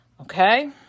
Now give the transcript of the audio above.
okay